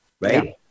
right